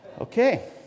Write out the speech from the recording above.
Okay